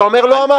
אתה אומר: לא אמר?